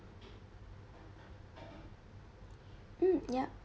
mm yup